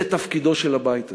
זה תפקידו של הבית הזה.